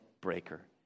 breaker